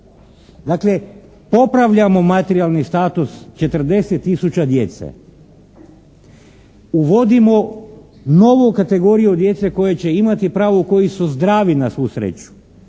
Dakle, popravljamo materijalni status 40 tisuća djece. Uvodimo novu kategoriju djece koja će imati pravo, koji su zdravi na svu sreću